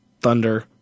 Thunder